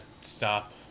stop